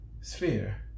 Sphere